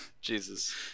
jesus